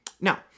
Now